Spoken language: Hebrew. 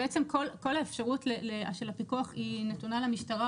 בעצם כל האפשרות של הפיקוח נתונה למשטרה